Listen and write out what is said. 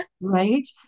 Right